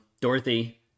Dorothy